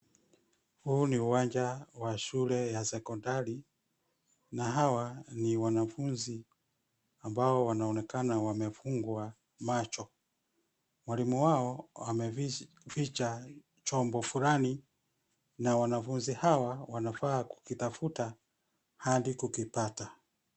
Huu ni uwanja wa shule ya sekondari na hawa ni wanafunzi ambao wanaonekana wamefungwa macho. Mwalimu wao ameficha chombo fulani na wanafunzi hawa wanafaa kukitafuta hadi kukipata.